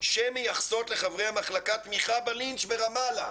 שמייחסות לחברי המחלקה תמיכה בלינץ' ברמאללה.